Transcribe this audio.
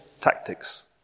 tactics